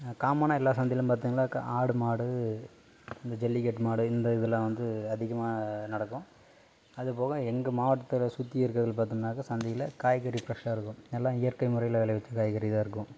காமனாக எல்லா சந்தையிலையும் பார்த்திங்களாக்க ஆடு மாடு இந்த ஜல்லிக்கட்டு மாடு இந்த இதெல்லாம் வந்து அதிகமாக நடக்கும் அது போக எங்கள் மாவட்டத்தில் சுற்றி இருக்கிறதுல பார்த்தோம்னாக்க சந்தையில் காய்கறி ஃபிரெஷ்ஷாக இருக்கும் எல்லாம் இயற்கை முறையில் விளைவிச்ச காய்கறி தான் இருக்கும்